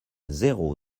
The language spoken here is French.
zéro